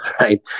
right